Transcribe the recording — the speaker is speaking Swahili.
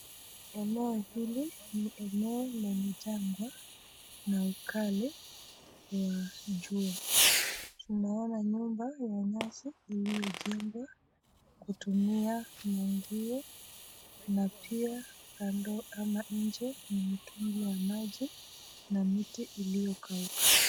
Eneo hili ni eneo lenye janga na ukame na jua. Tunoana nyumba yenye nyasi iliyojengwa kutumia manguo na pia kando ama nje ni mtungi ya maji na miti iliyokauka.